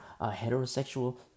heterosexual